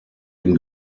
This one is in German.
dem